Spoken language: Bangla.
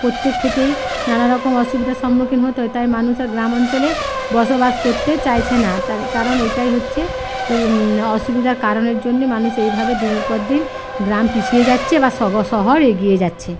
প্রত্যেক ক্ষেত্রেই নানারকম অসুবিধার সম্মুখীন হতে হয় তাই মানুষ আর গ্রাম অঞ্চলে বসবাস করতে চাইছে না তার কারণ এটাই হচ্ছে অসুবিধার কারণের জন্য মানুষ এইভাবে দিনের পর দিন গ্রাম পিছিয়ে যাচ্ছে বা শহর এগিয়ে যাচ্ছে